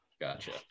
Gotcha